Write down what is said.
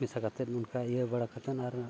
ᱢᱮᱥᱟ ᱠᱟᱛᱮᱫ ᱚᱱᱠᱟ ᱤᱭᱟᱹ ᱵᱟᱲᱟ ᱠᱟᱛᱮᱫ ᱟᱨ